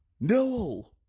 No